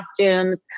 costumes